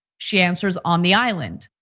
she answers, on the island.